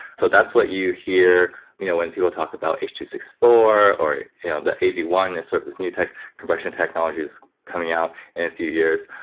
so that's what you hear you know when people talk about h point two six four, or the a v one is sort this new tech, compression technologies coming out in a few years.